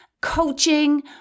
coaching